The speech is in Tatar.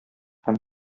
һәм